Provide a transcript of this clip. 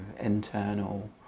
internal